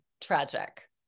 tragic